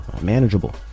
manageable